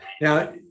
Now